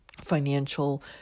financial